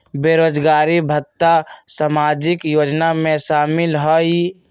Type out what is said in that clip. बेरोजगारी भत्ता सामाजिक योजना में शामिल ह ई?